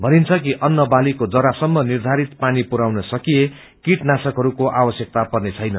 भनिन्छ कि अन्न बालीको जरासम्म निध्यरित पानी पुरयाउ सकिए कीटनाशकहरूको आवश्यकता पन्ने छेन